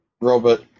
robot